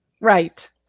Right